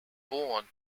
born